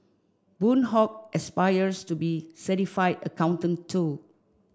Boon Hock aspires to be certified accountant too